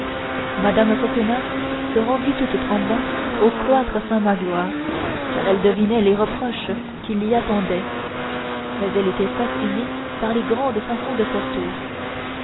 mme coquenard se rendit toute tremblante au cloître saintmagloire car elle devinait les reproches qui l'y attendaient mais elle était fascinée par les grandes façons de porthos